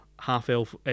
half-elf